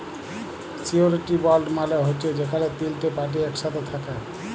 surety bond মালে হছে যেখালে তিলটে পার্টি ইকসাথে থ্যাকে